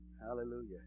hallelujah